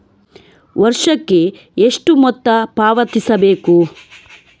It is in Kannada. ವರ್ಷಕ್ಕೆ ಎಷ್ಟು ಮೊತ್ತ ಪಾವತಿಸಬೇಕು?